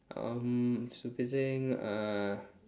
um stupid thing uh